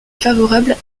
favorable